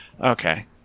Okay